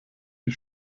die